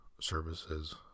services